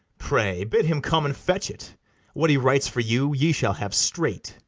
pray, bid him come and fetch it what he writes for you, ye shall have straight.